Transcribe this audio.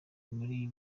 muri